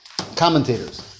commentators